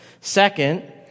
Second